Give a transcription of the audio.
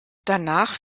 danach